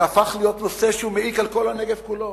זה הפך להיות נושא שמעיק על הנגב כולו.